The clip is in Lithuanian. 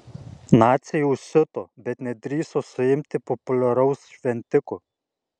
naciai užsiuto bet nedrįso suimti populiaraus šventiko